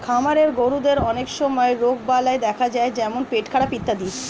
খামারের গরুদের অনেক সময় রোগবালাই দেখা যায় যেমন পেটখারাপ ইত্যাদি